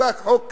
מחוקק חוק כזה,